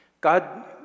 God